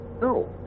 No